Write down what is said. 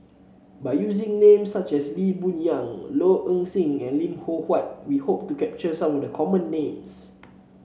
by using names such as Lee Boon Yang Low Ing Sing and Lim Loh Huat we hope to capture some of the common names